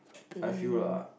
I feel lah